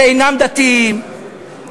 שאינם דתיים,